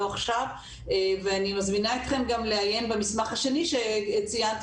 עכשיו ואני מזמינה אתכם גם לעיין במסמך השני שציינתי